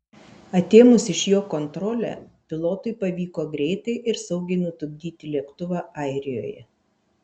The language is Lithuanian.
atėmus iš jo kontrolę pilotui pavyko greitai ir saugiai nutupdyti lėktuvą airijoje